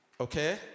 Okay